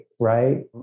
right